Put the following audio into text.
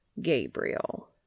Gabriel